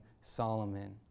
Solomon